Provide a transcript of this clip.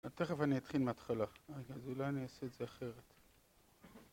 תכף אני אתחיל מההתחלה, אז אולי אני אעשה את זה אחרת